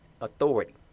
authority